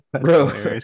Bro